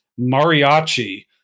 Mariachi